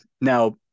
Now